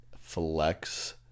Flex